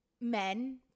men